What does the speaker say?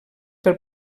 pel